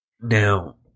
Now